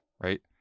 right